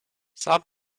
some